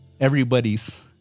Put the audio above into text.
everybody's